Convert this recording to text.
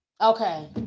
Okay